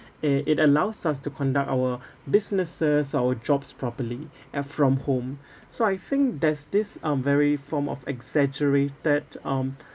eh it allows us to conduct our businesses our jobs properly at from home so I think there's this um very form of exaggerated um